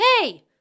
Hey